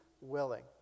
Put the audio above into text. willing